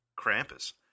Krampus